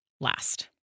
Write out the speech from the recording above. last